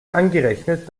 angerechnet